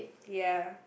ya